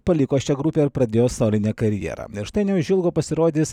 paliko šią grupę ir pradėjo solinę karjerą ir štai neužilgo pasirodys